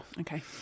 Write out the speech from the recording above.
okay